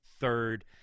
third